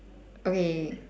okay